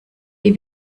wie